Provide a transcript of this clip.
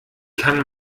kann